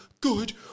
good